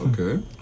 Okay